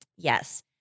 yes